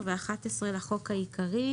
10 ו-11 לחוק העיקרי